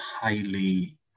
highly